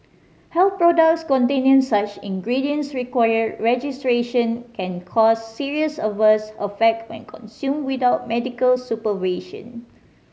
health products containing such ingredients require registration can cause serious adverse affect when consumed without medical supervision